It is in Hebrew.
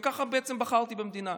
וככה בעצם בחרתי במדינה.